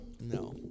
No